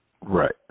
Right